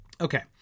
Okay